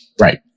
Right